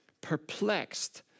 perplexed